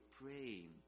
praying